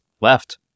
left